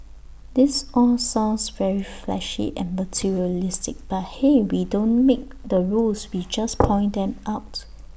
this all sounds very flashy and materialistic but hey we don't make the rules we just point them out